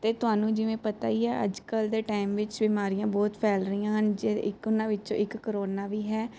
ਤੇ ਤੁਹਾਨੂੰ ਜਿਵੇਂ ਪਤਾ ਹੀ ਐ ਅੱਜ ਕੱਲ ਦੇ ਟਾਈਮ ਵਿੱਚ ਬਿਮਾਰੀਆਂ ਬਹੁਤ ਫੈਲ ਰਹੀਆਂ ਹਨ ਜੇ ਇੱਕ ਉਹਨਾਂ ਵਿੱਚੋਂ ਇੱਕ ਕਰੋਨਾ ਵੀ ਹੈ